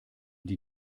die